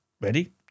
ready